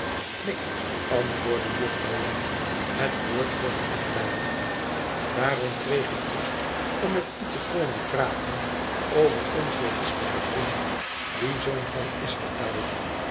neen antwoordde juffrouw wren het woord kort afbijtende daarom kreeg ik lust om met u te komen praten over onzen listigen vriend dien zoon van israël